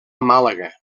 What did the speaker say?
màlaga